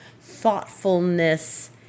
thoughtfulness